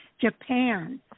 Japan